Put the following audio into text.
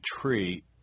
tree